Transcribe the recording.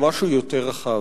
למשהו יותר רחב.